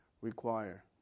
require